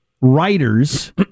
Writers